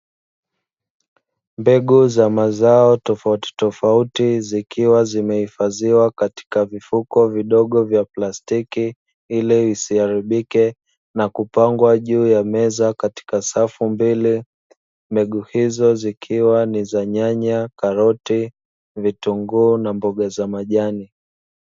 Mbegu za mazao tofauti tofauti zikiwa zimehifadhiwa katika mifuko midogo vya plastiki ili visiharibike na kupangwa juu ya meza yenye safu mbili, mbegu izo zkkiwa ni za: nyanya, karoti na mboga za majani.